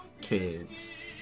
kids